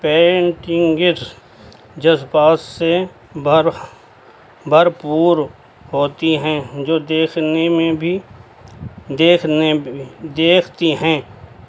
paintings جذبات سے بر بھر پور ہوتی ہیں جو دیکھنے میں بھی دیکھنے بھی دیکھتی ہیں